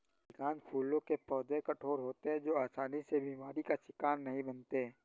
अधिकांश फूलों के पौधे कठोर होते हैं जो आसानी से बीमारी का शिकार नहीं बनते